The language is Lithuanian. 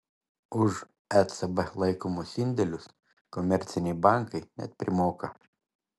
už ecb laikomus indėlius komerciniai bankai net primoka